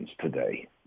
today